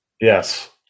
Yes